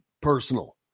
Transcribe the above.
personal